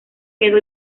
quedó